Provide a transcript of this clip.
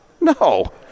No